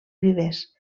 vives